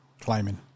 climbing